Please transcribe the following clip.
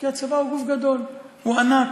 כי הצבא הוא גוף גדול, הוא ענק,